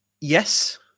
Yes